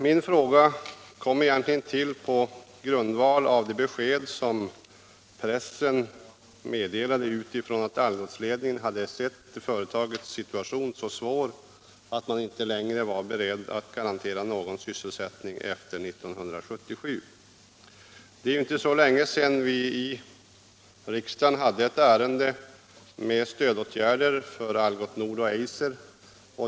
Min fråga kom till med anledning av meddelandet i pressen att Algotsledningen ansett företagets situation så svår att man inte längre var beredd att garantera någon sysselsättning efter 1977. Det är inte länge sedan vi i riksdagen behandlade frågan om stödåtgärder för Algots Nord och Eiser.